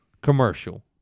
commercial